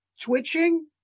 twitching